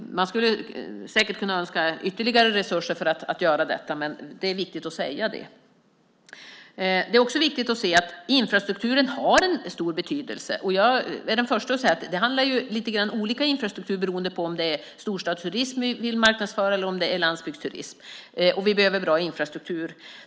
Man skulle säkert kunna önska ytterligare resurser för att göra detta, men det är viktigt att säga detta. Det är också viktigt att se att infrastrukturen har stor betydelse, och jag är den första att säga att det lite grann handlar om olika infrastruktur beroende på om det är storstadsturism som vi vill marknadsföra eller om det är landsbygdsturism. Vi behöver bra infrastruktur.